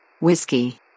Whiskey